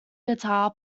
guitar